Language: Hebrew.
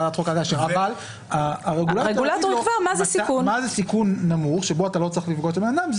אבל הרגולטור יקבע מה זה סיכון נמוך שבו אתה לא צריך לפגוש אדם.